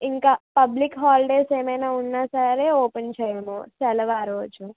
ఇంకా public holidays ఏమైనా ఉన్నా సరే ఓపెన్ చెయ్యము సెలవు ఆ రోజు